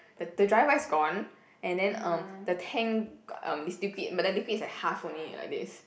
the the driver is gone and then um the tank um is liquid but the liquid is like half only like this